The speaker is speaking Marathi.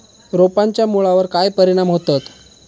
रोपांच्या मुळावर काय परिणाम होतत?